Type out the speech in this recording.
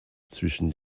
zwischen